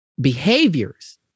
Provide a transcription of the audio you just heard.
behaviors